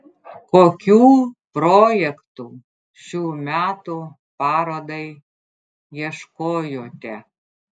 kokių projektų šių metų parodai ieškojote